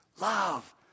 Love